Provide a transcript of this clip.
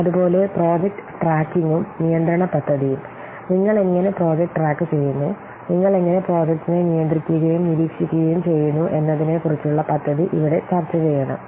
അതുപോലെ പ്രോജക്റ്റ് ട്രാക്കിംഗും നിയന്ത്രണ പദ്ധതിയും നിങ്ങൾ എങ്ങനെ പ്രോജക്റ്റ് ട്രാക്കുചെയ്യുന്നു നിങ്ങൾ എങ്ങനെ പ്രോജക്റ്റിനെ നിയന്ത്രിക്കുകയും നിരീക്ഷിക്കുകയും ചെയ്യുന്നു എന്നതിനെക്കുറിച്ചുള്ള പദ്ധതി ഇവിടെ ചർച്ചചെയ്യണം